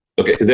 Okay